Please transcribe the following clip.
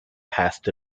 past